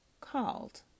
called